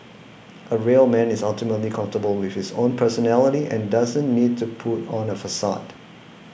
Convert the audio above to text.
a real man is ultimately comfortable with his own personality and doesn't need to put on a facade